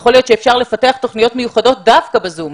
יכול להיות שאפשר לפתח תוכניות מיוחדות דווקא ב-זום,